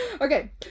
Okay